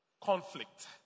conflict